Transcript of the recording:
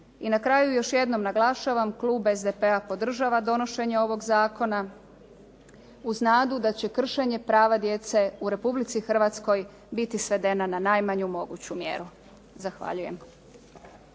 I na kraju, još jednom naglašavam klub SDP podržava donošenje ovog zakona uz nadu da će kršenje prava djece u Republici Hrvatskoj biti svedena na najmanju moguću mjeru. Zahvaljujem.